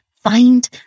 Find